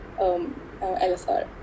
LSR